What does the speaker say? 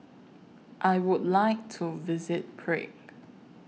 I Would like to visit Prague